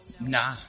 nah